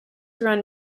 run